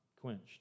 quenched